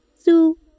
zoo